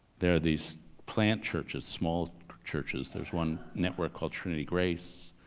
there are these plant churches, small churches, there's one network called trinity grace,